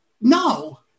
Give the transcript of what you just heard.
No